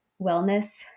wellness